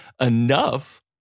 enough